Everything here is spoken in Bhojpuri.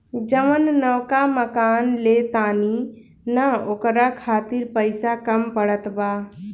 जवन नवका मकान ले तानी न ओकरा खातिर पइसा कम पड़त बा